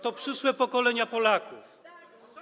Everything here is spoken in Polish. to przyszłe pokolenia Polaków.